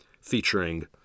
featuring